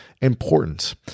important